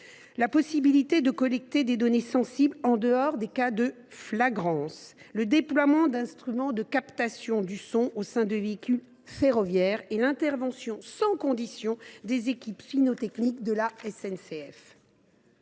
la possibilité de collecter des données sensibles en dehors des cas de flagrance ; le déploiement d’instruments de captation du son au sein des véhicules ferroviaires ; l’intervention sans condition des équipes cynotechniques de la SNCF.